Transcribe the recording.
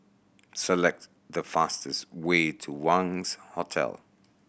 select the fastest way to Wangz Hotel